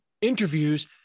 interviews